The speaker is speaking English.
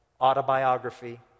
Autobiography